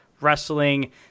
wrestling